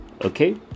Okay